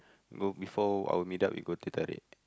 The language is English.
go before our meetup we go Teh-Tarik